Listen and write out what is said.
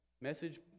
message